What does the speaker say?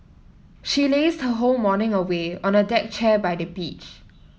she lazed her whole morning away on a deck chair by the beach